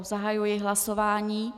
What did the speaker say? Zahajuji hlasování.